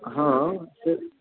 हँ से